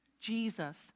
Jesus